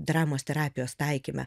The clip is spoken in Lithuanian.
dramos terapijos taikyme